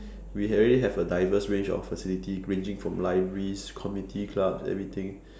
we already have a diverse range of facilities ranging from libraries community clubs everything